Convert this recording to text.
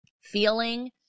feeling